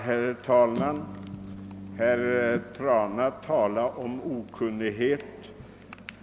Herr talman! Herr Trana talar om okunnighet.